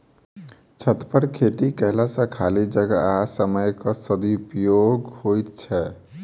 छतपर खेती कयला सॅ खाली जगह आ समयक सदुपयोग होइत छै